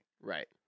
Right